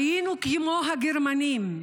היינו כמו הגרמנים.